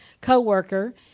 co-worker